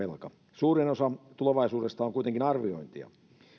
suurin osa tulevaisuudesta on kuitenkin arviointia